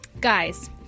Guys